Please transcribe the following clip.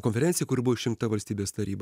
konferencija kur buvo išrinkta valstybės taryba